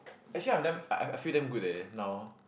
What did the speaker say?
actually I damn I I feel damn good eh now